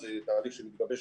זה תהליך שמתגבש